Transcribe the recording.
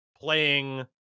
Playing